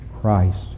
Christ